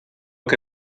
que